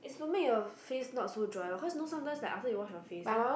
is to make your face not to dry lor cause you know sometimes like after you wash your face then